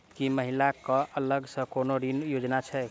की महिला कऽ अलग सँ कोनो ऋण योजना छैक?